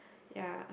ya